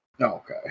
Okay